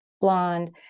blonde